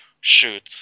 shoot